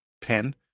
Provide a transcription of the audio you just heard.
pen